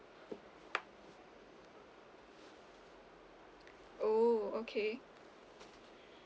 oh okay